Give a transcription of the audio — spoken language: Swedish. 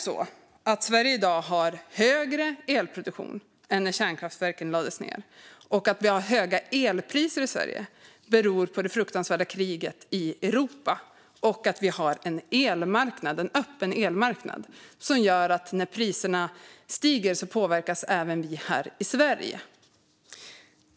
Sverige har i dag större elproduktion är när kärnkraftverken lades ned. Att vi har höga elpriser i Sverige beror på det fruktansvärda kriget i Europa och på den öppna elmarknaden, som gör att även vi här i Sverige påverkas när priserna stiger.